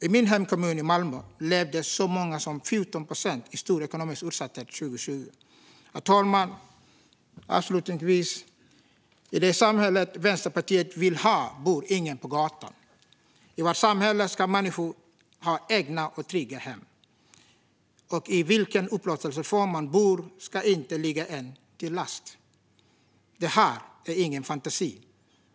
I min hemkommun Malmö levde så många som 14 procent i stor ekonomisk utsatthet 2020. Avslutningsvis, herr talman: I det samhälle Vänsterpartiet vill ha bor ingen på gatan. I vårt samhälle ska människor ha egna, trygga hem, och i vilken upplåtelseform man bor ska inte ligga en till last. Det här är ingen fantasi.